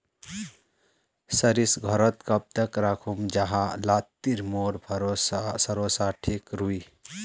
सरिस घोरोत कब तक राखुम जाहा लात्तिर मोर सरोसा ठिक रुई?